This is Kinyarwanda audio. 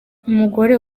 umugore